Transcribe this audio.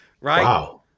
Wow